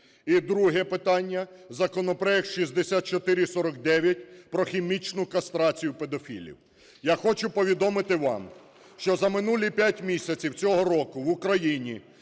І друге питання: законопроект 6449 про хімічну кастрацію педофілів. Я хочу повідомити вам, що за минулі 5 місяців цього року в Україні